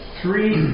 three